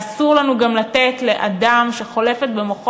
ואסור לנו גם לתת לאדם שחולפת במוחו